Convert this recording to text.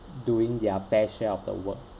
doing their fair share of the work